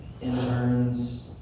interns